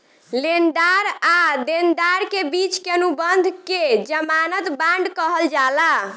लेनदार आ देनदार के बिच के अनुबंध के ज़मानत बांड कहल जाला